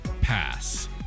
pass